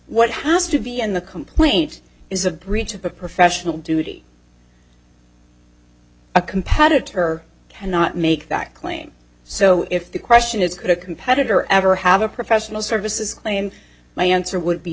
what has to be in the complaint is a breach of a professional duty a competitor cannot make that claim so if the question is could a competitor ever have a professional services claim my answer would be